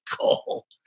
cool